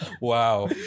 Wow